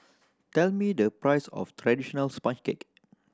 tell me the price of traditional sponge cake